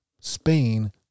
Spain